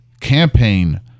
campaign